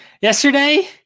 yesterday